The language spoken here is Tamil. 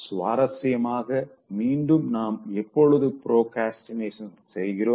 சுவாரசியமாக மீண்டும் நாம் எப்பொழுது ப்ரோக்ரஸ்டினேட் செய்றோம்